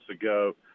ago